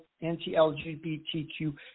anti-LGBTQ